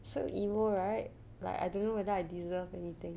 so emo right like I don't know whether I deserve anything